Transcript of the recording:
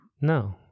No